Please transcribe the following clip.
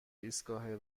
ایستگاه